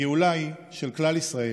הגאולה היא של כלל ישראל.